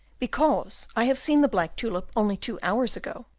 because i have seen the black tulip only two hours ago.